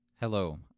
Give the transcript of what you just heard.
Hello